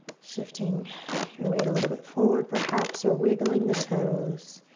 shifting your weight a little bit forward perhaps or wiggling the toes,